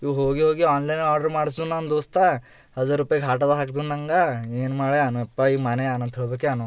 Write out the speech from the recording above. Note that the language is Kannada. ಇವಾಗ್ ಹೋಗಿ ಹೋಗಿ ಆನ್ಲೈನ್ ಆರ್ಡ್ರು ಮಾಡಿಸ್ದ ನನ್ನ ದೋಸ್ತ ಹಝಾರ್ ರೂಪಾಯಿ ಹಾಕಿದ ನಂಗೆ ಏನು ಮಾಡೋ